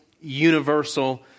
universal